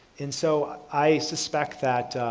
and so, i suspect that,